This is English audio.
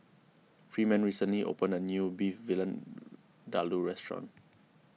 freeman recently opened a new Beef Vindaloo restaurant